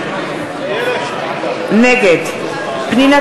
נגד פנינה